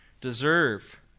deserve